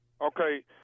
Okay